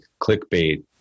clickbait